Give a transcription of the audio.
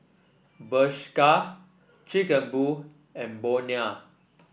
Bershka Chic A Boo and Bonia